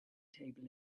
table